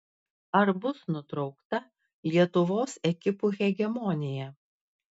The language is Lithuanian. ar bus nutraukta lietuvos ekipų hegemonija